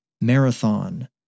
Marathon